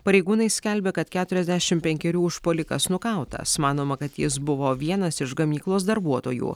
pareigūnai skelbia kad keturiasdešimt penkerių užpuolikas nukautas manoma kad jis buvo vienas iš gamyklos darbuotojų